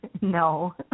No